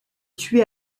tuer